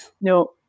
No